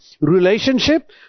relationship